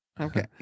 Okay